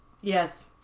Yes